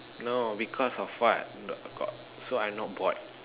no because of what I got that's why I not bored